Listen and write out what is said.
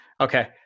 okay